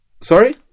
sorry